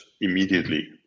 immediately